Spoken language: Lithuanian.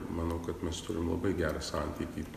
manau kad mes turim labai gerą santykį